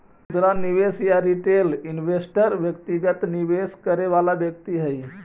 खुदरा निवेशक या रिटेल इन्वेस्टर व्यक्तिगत निवेश करे वाला व्यक्ति हइ